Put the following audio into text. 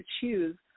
choose